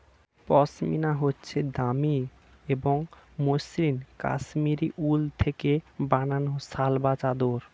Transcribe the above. পশমিনা হচ্ছে দামি এবং মসৃন কাশ্মীরি উল থেকে বানানো শাল বা চাদর